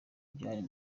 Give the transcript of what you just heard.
byari